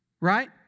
Right